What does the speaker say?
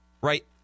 right